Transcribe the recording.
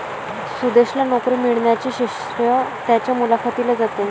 सुदेशला नोकरी मिळण्याचे श्रेय त्याच्या मुलाखतीला जाते